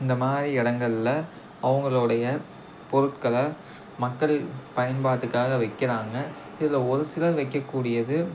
இந்த மாதிரி இடங்கள்ல அவங்களோடைய பொருட்களை மக்கள் பயன்பாட்டுக்காக வைக்கிறாங்க இதில் ஒரு சிலர் வைக்கக்கூடியது